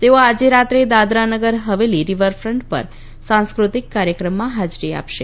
તેઓ આજે રાત્રે દાદરાનગર હવેલી રિવરફ્રન્ટ પર સાંસ્કૃતિક કાર્યક્રમમાં હાજરી આપશે